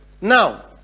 now